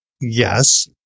yes